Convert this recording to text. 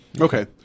Okay